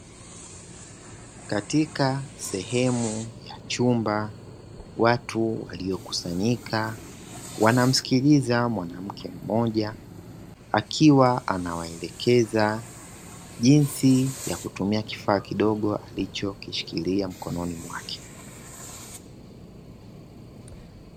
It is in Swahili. Katika sehemu ya chumba watu waliokusanyika wanamsikiliza mwanamke mmoja, akiwa anawaelekeza jinsi ya kutumia kifaa kidogo alichokishikilia mkononi mwake.